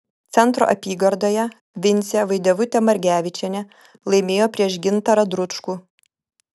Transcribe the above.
centro apygardoje vincė vaidevutė margevičienė laimėjo prieš gintarą dručkų